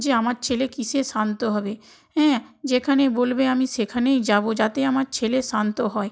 যে আমার ছেলে কিসে শান্ত হবে হ্যাঁ যেখানে বলবে আমি সেখানেই যাবো যাতে আমার ছেলে শান্ত হয়